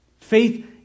Faith